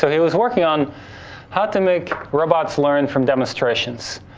so, he was working on how to make robots learn from demonstrations,